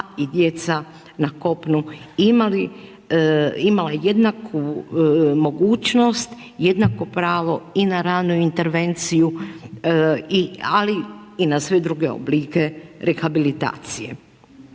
i djeca na kopunu imala jednaku mogućnost, jednako pravo i na ranu intervenciju ali i na sve druge oblike rehabilitacije.